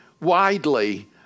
widely